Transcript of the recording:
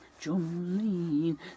Jolene